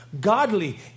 Godly